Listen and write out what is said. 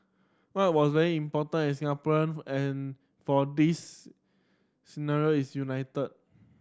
what was very important as Singaporean and for this ceremony is unity